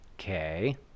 Okay